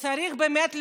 כשצריך באמת לשנות,